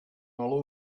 all